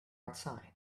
outside